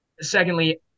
Secondly